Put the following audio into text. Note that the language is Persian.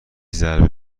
ضربه